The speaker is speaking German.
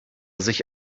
sich